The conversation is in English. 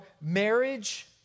marriage